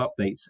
updates